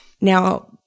Now-